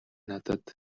надад